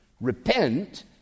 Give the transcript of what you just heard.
Repent